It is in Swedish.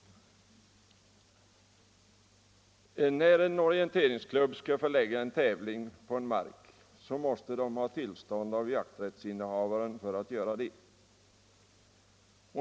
När en orienteringsklubb vill förlägga en tävling till en mark måste tillstånd till detta först inhämtas från jaktsrättsinnehavaren.